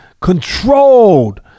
controlled